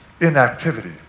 inactivity